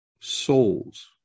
souls